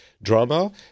Drama